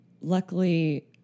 luckily